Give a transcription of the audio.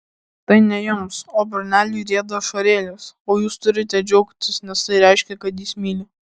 tai ne jums o berneliui rieda ašarėlės o jūs turite džiaugtis nes tai reiškia kad jis myli